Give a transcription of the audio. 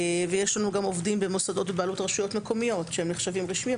ויש לנו גם עובדים במוסדות בבעלות רשויות מקומיות שהם נחשבים רשמי,